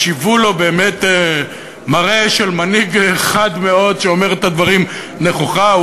שיוו לו באמת מראה של מנהיג חד מאוד שאומר את הדברים נכוחה.